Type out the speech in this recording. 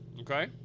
Okay